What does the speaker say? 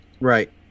Right